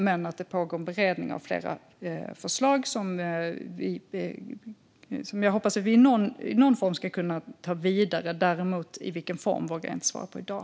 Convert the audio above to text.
Men det pågår beredning av flera förslag som jag hoppas att vi i någon form ska kunna ta vidare; i vilken form vågar jag däremot inte svara på i dag.